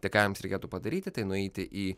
tai ką jums reikėtų padaryti tai nueiti į